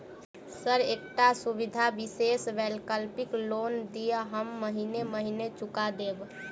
Sir एकटा सुविधा विशेष वैकल्पिक लोन दिऽ हम महीने महीने चुका देब?